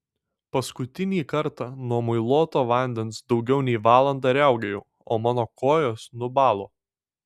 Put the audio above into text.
paskutinį kartą nuo muiluoto vandens daugiau nei valandą riaugėjau o mano kojos nubalo